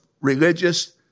religious